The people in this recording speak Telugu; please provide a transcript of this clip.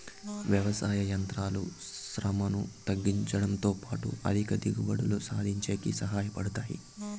వ్యవసాయ యంత్రాలు శ్రమను తగ్గించుడంతో పాటు అధిక దిగుబడులు సాధించేకి సహాయ పడతాయి